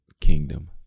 Kingdom